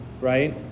right